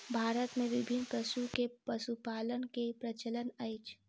भारत मे विभिन्न पशु के पशुपालन के प्रचलन अछि